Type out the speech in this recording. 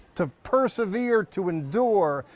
to persevere, to endure.